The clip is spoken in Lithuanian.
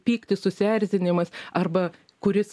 pyktis susierzinimas arba kuris